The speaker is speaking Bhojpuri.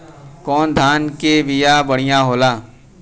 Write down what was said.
कौन धान के बिया बढ़ियां होला?